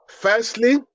Firstly